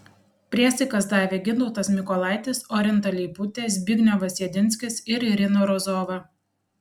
priesaikas davė gintautas mikolaitis orinta leiputė zbignevas jedinskis ir irina rozova